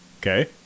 Okay